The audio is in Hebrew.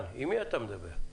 עם מי אתה מדבר?